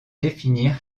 définir